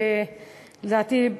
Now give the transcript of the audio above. לדעתי,